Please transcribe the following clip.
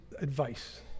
advice